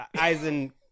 Eisen